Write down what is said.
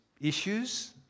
issues